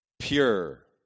pure